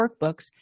workbooks